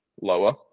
lower